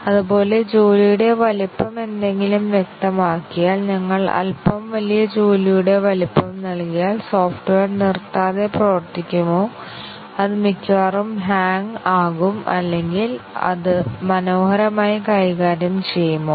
അതുപോലെ ജോലിയുടെ വലുപ്പം എന്തെങ്കിലും വ്യക്തമാക്കിയാൽ ഞങ്ങൾ അൽപ്പം വലിയ ജോലിയുടെ വലുപ്പം നൽകിയാൽ സോഫ്റ്റ്വെയർ നിർത്താതെ പ്രവർത്തിക്കുമോ അത് മിക്കവാറും ഹാങ് ആകും അല്ലെങ്കിൽ ഇത് മനോഹരമായി കൈകാര്യം ചെയ്യുമോ